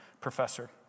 professor